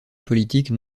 politique